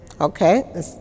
Okay